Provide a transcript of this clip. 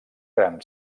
gran